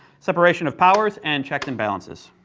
separation of powers and checks and balances.